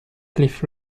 cliff